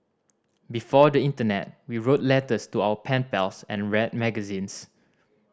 before the internet we wrote letters to our pen pals and read magazines